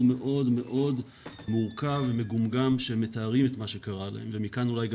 מאוד מאוד מרוכב ומגומגם שמתארים את מה שקרה להם ומכאן אולי גם